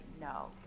no